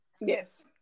Yes